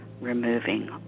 removing